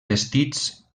vestits